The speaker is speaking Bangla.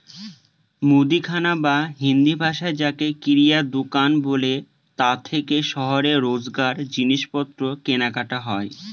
মুদিখানা বা হিন্দিভাষায় যাকে কিরায়া দুকান বলে তা থেকেই শহরে রোজকার জিনিসপত্র কেনাকাটা হয়